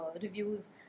reviews